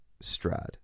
Strad